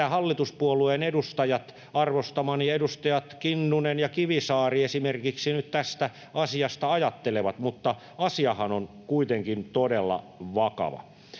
hallituspuolueen edustajat — arvostamani edustajat Kinnunen ja Kivisaari esimerkiksi — nyt tästä asiasta ajattelevat. Mutta asiahan on kuitenkin todella vakava.